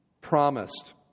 promised